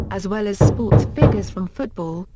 as well as sports figures from football,